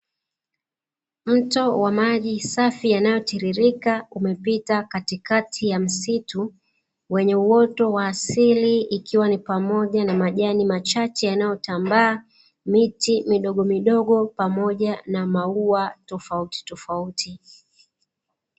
Mto wa maji safi yanayotiririka umepita katikati ya msitu wenye uoto wa asili, ikiwa ni pamoja na majani machache yanayotambaa, miti midogomidogo pamoja na maua tofautitofauti.